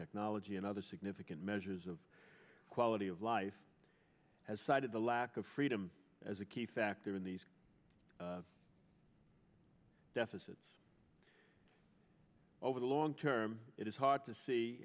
technology and other significant measures of quality of life has cited the lack of freedom as a key factor in these deficits over the long term it is hard to see